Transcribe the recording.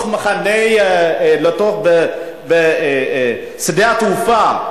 לתוך שדה-התעופה,